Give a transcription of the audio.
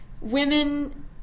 women